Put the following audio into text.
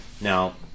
now